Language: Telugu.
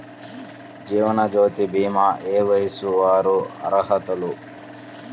జీవనజ్యోతి భీమా ఏ వయస్సు వారు అర్హులు?